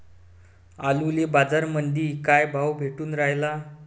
आलूले बाजारामंदी काय भाव भेटून रायला?